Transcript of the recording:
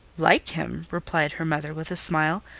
like him! replied her mother with a smile.